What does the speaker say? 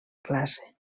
classe